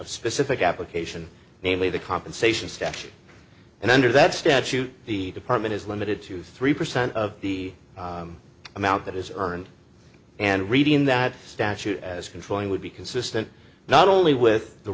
specific application namely the compensation structure and under that statute the department is limited to three percent of the amount that is earned and reading that statute as controlling would be consistent not only with the